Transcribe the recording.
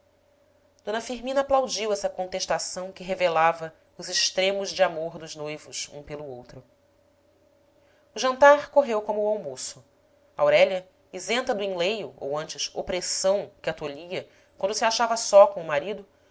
d firmina aplaudiu essa contestação que revelava os extremos de amor dos noivos um pelo outro o jantar correu como o almoço aurélia isenta do enleio ou antes opressão que a tolhia quando se achava só com o marido